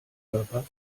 körpers